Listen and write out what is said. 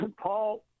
Paul